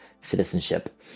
citizenship